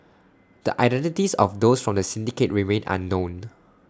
the identities of those from the syndicate remain unknown